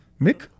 Mick